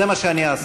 זה מה שאני אעשה.